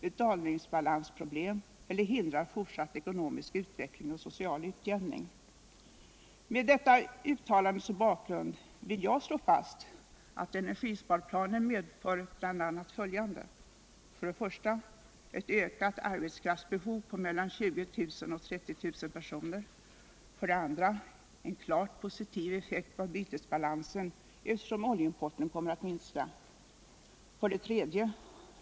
betalningsbalansproblem eller hindrar fortsatt ekonomisk utveckling och social utjämning.” Med dewua uttalande som bakgrund vill jag slå fast att energisparplanen medför bl.a. följande: 2. En klart positiv effekt på bytesbalansen, eftersom oljeimporten kommer att minska. 3.